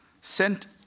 sent